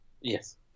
Yes